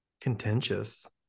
contentious